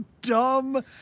dumb